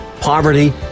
poverty